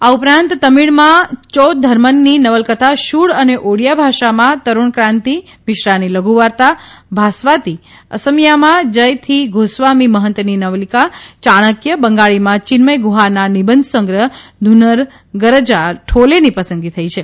આ ઉપરાંત તમિળમાં ચ્યો ધર્મનની નવલકથા શૂળ અને ઓડીયા ભાષામાં તરૂણક્રાંતિ મિશ્રાની લધુવાર્તા ભાસ્વાતિ અસમિથામાં જયથી ગોસ્વામી મહંતની નવલિકા ચાણક્ય બંઘાળીમાં ચિન્મય ગુહાના નિબંધસંગ્રહ ધુનર ગરજા ઠોલેની પસંદગી થઇ છે